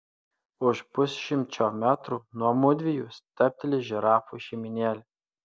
už pusšimčio metrų nuo mudviejų stabteli žirafų šeimynėlė